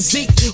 Zeke